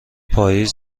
پاییز